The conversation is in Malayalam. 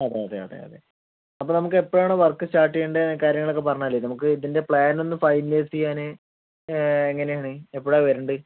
അതെ അതെ അതെ അതെ അപ്പോൾ നമ്മക്ക് എപ്പഴാണ് വർക്ക് സ്റ്റാർട്ട് ചെയ്യണ്ടത് കാര്യങ്ങളൊക്കെ പറഞ്ഞാലെ നമുക്ക് ഇതിൻ്റെ പ്ലാൻ ഒന്ന് ഫൈനലൈസ് ചെയ്യാന് എങ്ങനെയാണ് എപ്പഴാണ് വരണ്ടത്